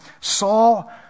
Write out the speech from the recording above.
Saul